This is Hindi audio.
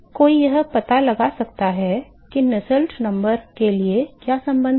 तो कोई यह पता लगा सकता है कि नुसेल्ट संख्या के लिए क्या संबंध हैं